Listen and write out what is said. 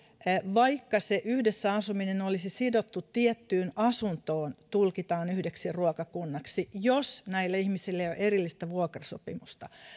vaikka se yhdessä asuminen olisi sidottu tiettyyn asuntoon tulkitaan yhdeksi ruokakunnaksi jos näillä ihmisillä ei ole erillistä vuokrasopimusta